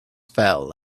fell